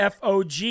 FOG